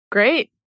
Great